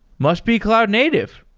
must be cloud native,